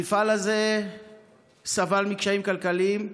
המפעל הזה סבל מקשיים כלכליים,